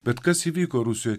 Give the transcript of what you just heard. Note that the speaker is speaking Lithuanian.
bet kas įvyko rusijoje